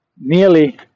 nearly